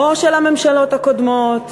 לא של הממשלות הקודמות,